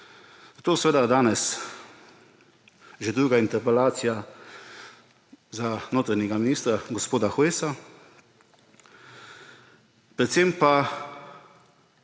je seveda danes že druga interpelacija za notranjega ministra gospoda Hojsa. Predvsem pa